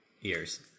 years